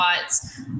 thoughts